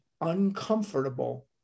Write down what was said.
uncomfortable